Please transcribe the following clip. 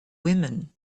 women